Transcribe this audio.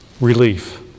relief